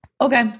Okay